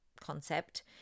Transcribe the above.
concept